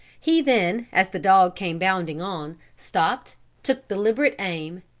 he then, as the dog came bounding on, stopped, took deliberate aim,